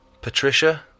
Patricia